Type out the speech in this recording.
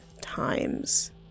times